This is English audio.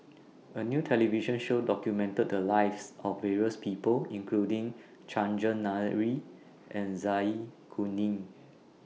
A New television Show documented The Lives of various People including Chandran Nair and Zai Kuning